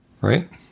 right